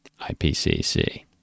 IPCC